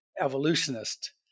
evolutionist